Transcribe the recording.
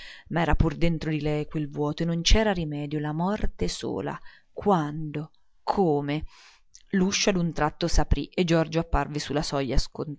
ma era pur dentro di lei quel vuoto e non c'era rimedio la morte sola quando come l'uscio a un tratto s'aprì e giorgio apparve su la soglia